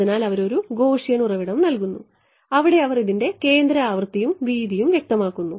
അതിനാൽ അവർ ഒരു ഗോസിയൻ ഉറവിടം നൽകുന്നു അവിടെ അവർ ഇതിൻറെ കേന്ദ്ര ആവൃത്തിയും വീതിയും വ്യക്തമാക്കുന്നു